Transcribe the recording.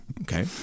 okay